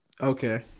Okay